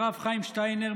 הרב חיים שטיינר,